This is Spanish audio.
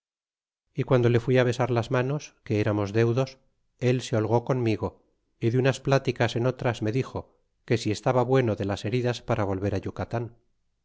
y quando le fui á besar las manos que eramos deudos él se holgó conmigo y de unas pláticas en otras me dixo que si estaba bueno de las heridas para vcilver ti